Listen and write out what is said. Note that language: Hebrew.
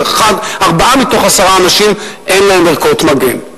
ארבעה מתוך עשרה אנשים אין להם ערכות מגן.